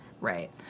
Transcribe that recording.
right